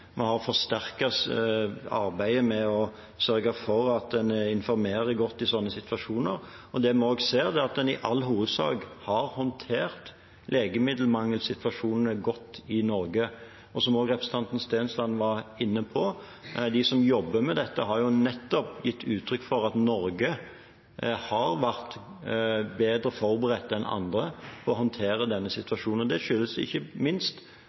Vi har forsterket arbeidet med å sørge for at en informerer godt i slike situasjoner. Det vi også ser, er at en i all hovedsak har håndtert legemiddelmangelsituasjonene godt i Norge. Som også representanten Stensland var inne på, har de som jobber med dette, nettopp gitt uttrykk for at Norge har vært bedre forberedt enn andre på å håndtere denne situasjonen. Det skyldes ikke minst